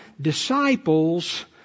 disciples